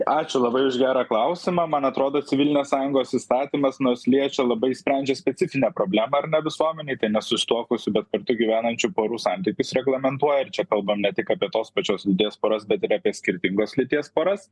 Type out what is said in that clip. ačiū labai už gerą klausimą man atrodo civilinės sąjungos įstatymas nors liečia labai sprendžia specifinę problemą ar ne visuomenėj tai nesusituokusių bet kartu gyvenančių porų santykius reglamentuoja ir čia kalbam ne tik apie tos pačios lyties poras bet ir apie skirtingos lyties poras